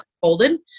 folded